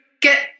get